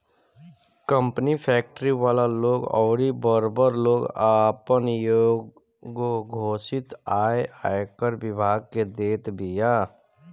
company, factory वाला लोग अउरी बड़ बड़ लोग आपन एगो घोषित आय आयकर विभाग के देत बिया